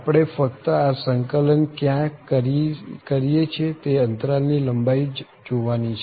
આપણે ફક્ત આ સંકલન ક્યાં કરીએ છીએ તે અંતરાલ ની લંબાઈ જ જોવાની છે